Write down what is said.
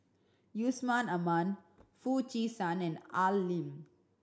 Yusman Aman Foo Chee San and Al Lim